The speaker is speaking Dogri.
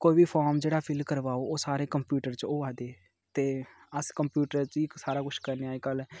कोई बी फार्म जेह्ड़ा फिल करवाओ ओह् सारे कंप्यूटर च होआ दे ते अस कंप्यूटर च बी सारा कुछ करने अज्जकल